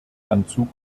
anzug